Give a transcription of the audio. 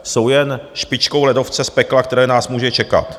Jsou jen špičkou ledovce z pekla, které nás může čekat.